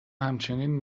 همچنین